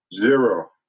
zero